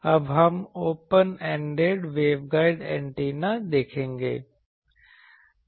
अब हम एक ओपन एंडेड वेवगाइड एंटीना देखेंगे